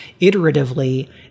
iteratively